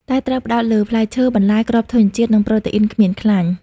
តែត្រូវផ្តោតលើផ្លែឈើ បន្លែ គ្រាប់ធញ្ញជាតិ និងប្រូតេអ៊ីនគ្មានខ្លាញ់។